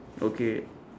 okay